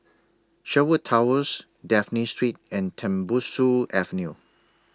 Sherwood Towers Dafne Street and Tembusu Avenue